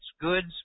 goods